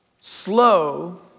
slow